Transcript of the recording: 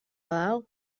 hau